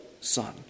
son